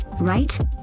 right